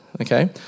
okay